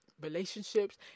relationships